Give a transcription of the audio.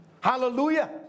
hallelujah